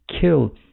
kill